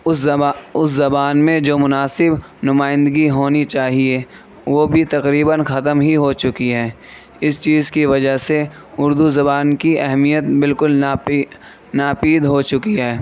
اُس اُس زبان میں میں جو مناسب نمائندگی ہونی چاہیے وہ بھی تقریباً ختم ہی ہو چُکی ہیں اِس چیز کی وجہ سے اُردو زبان کی اہمیت بالکل ناپی ناپید ہو چُکی ہے